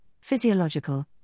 physiological